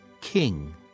king